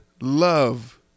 love